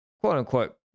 quote-unquote